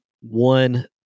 one